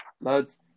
Lads